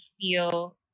feel